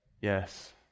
Yes